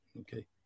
Okay